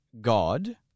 God